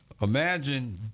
Imagine